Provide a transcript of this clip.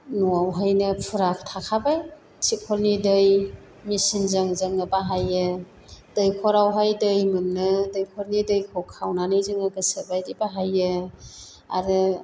न'आव हायनो फुरा थाखाबाय थिबखलनि दै मेचिनजों जोङो बाहायो दैखरावहाय दै मोनो दैखरनि दैखौ खावनानै जोङो गोसो बायदि बाहायो आरो